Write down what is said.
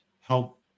help